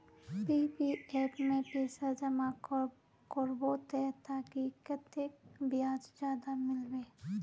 PPF में पैसा जमा कब करबो ते ताकि कतेक ब्याज ज्यादा मिलबे?